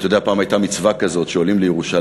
אתה יודע, פעם הייתה מצווה כזאת, שעולים לירושלים.